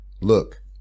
Look